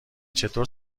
چطور